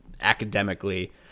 academically